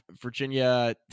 Virginia